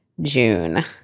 June